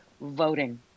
voting